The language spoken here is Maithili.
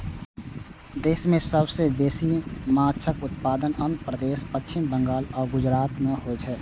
देश मे सबसं बेसी माछक उत्पादन आंध्र प्रदेश, पश्चिम बंगाल आ गुजरात मे होइ छै